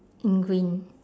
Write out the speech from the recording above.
in green